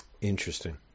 Interesting